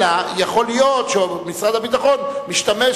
אלא שיכול להיות שמשרד הביטחון משתמש